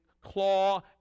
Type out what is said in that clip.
claw